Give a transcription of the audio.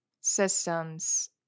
systems